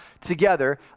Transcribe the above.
together